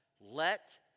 let